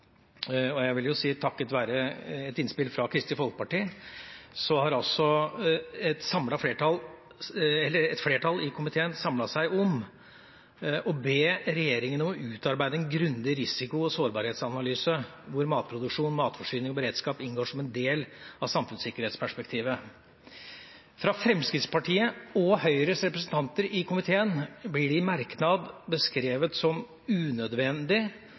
Jeg vil si at takket være et innspill fra Kristelig Folkeparti har et flertall i komiteen samlet seg om å be regjeringa om «å utarbeide en grundig risiko- og sårbarhetsanalyse hvor matproduksjon, matforsyning og beredskap inngår som en del av samfunnssikkerhetsperspektivet». Fra Fremskrittspartiets og Høyres representanter i komiteen blir det i merknad beskrevet som